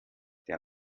der